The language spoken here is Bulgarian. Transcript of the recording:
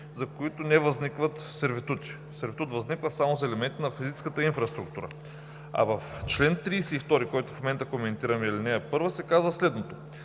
за които не възникват сервитути. Сервитут възниква само за елементи на физическата инфраструктура. В чл. 32, който в момента коментираме, в т. 1 се казва следното: